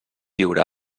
lliura